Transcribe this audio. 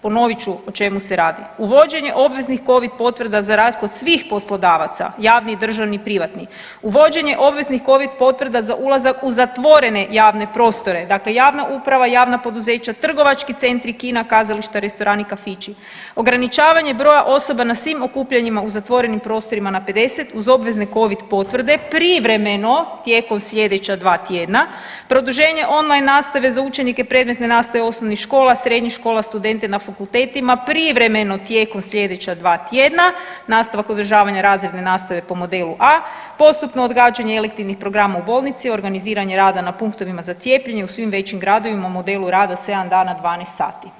Ponovit ću o čemu se radi, uvođenje obveznih covid potvrda za rad kod svih poslodavaca javni, državni privatni, uvođenje obveznih covid potvrda za ulazak u zatvorene javne prostore, dakle javna uprava, javna poduzeća, trgovački centri, kina, kazališta, restorani, kafići, ograničavanje broja osoba na svim okupljanjima u zatvorenim prostorima na 50 uz obvezne covid potvrde, privremeno tijekom sljedeća dva tjedna, produženje on line nastave za učenike predmetne nastavne osnovnih škola, srednjih škola, studente na fakultetima, privremeno tijekom sljedeća dva tjedna nastavak održavanja razredne nastave po modelu A, postupno odgađanje elektivnih programa u bolnici, organiziranje rada na punktovima za cijepljenje u svim većim gradovima modelu rada sedam dana 12 sati.